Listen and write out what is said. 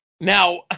Now